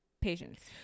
patients